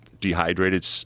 dehydrated